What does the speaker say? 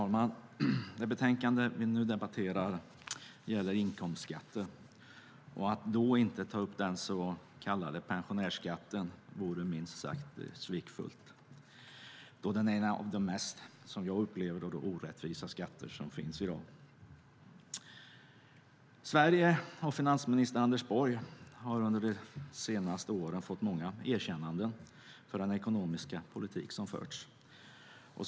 Fru talman! Det betänkande vi nu debatterar gäller inkomstskatter, och att då inte ta upp den så kallade pensionärsskatten vore minst sagt svekfullt då den är en av de mest, som jag upplever det, orättvisa skatter som finns i dag. Sverige och finansminister Anders Borg har under de senaste åren fått många erkännanden för den ekonomiska politik som har förts.